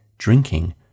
drinking